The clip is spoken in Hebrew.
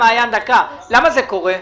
למה זה קורה.